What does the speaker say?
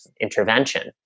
intervention